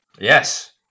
Yes